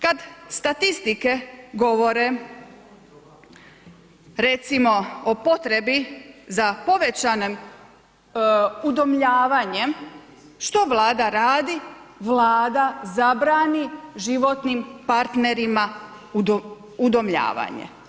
Kad statistike govore recimo o potrebi za povećanim udomljavanjem, što Vlada radi?, Vlada zabrani životnim partnerima udomljavanje.